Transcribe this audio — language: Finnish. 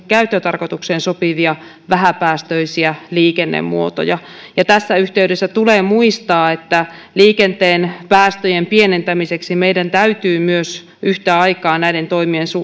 käyttötarkoitukseen sopivia vähäpäästöisiä liikennemuotoja tässä yhteydessä tulee muistaa että liikenteen päästöjen pienentämiseksi meidän täytyy myös yhtä aikaa näiden toimien